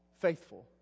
faithful